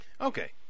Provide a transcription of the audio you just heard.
Okay